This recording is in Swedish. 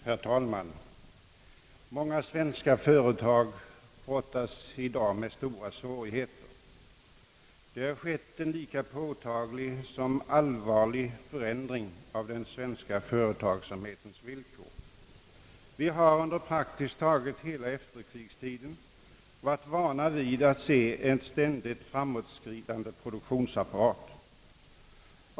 Herr talman! Många svenska företag brottas i dag med stora svårigheter. Det har skett en lika påtaglig som allvarlig förändring av den svenska företagsamhetens villkor. Vi har under praktiskt taget hela efterkrigstiden varit vana vid att se en ständigt framåtskridande produktionsapparat.